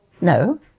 No